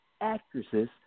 actresses